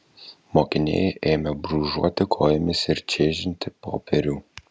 mokiniai ėmė brūžuoti kojomis ir čežinti popierių